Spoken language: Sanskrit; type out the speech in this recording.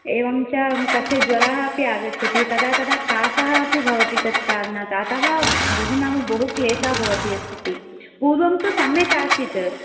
एवं च कस्य ज्वरः अपि आगच्छति कदा कदा कासः अपि भवति तत् कारणात् अतः बहु नाम बहु क्लेशः भवति अस्ति पूर्वं तु सम्यक् आसीत्